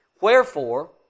Wherefore